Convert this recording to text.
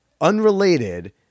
unrelated